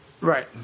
Right